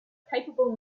capable